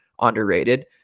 underrated